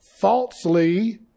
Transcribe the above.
Falsely